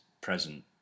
present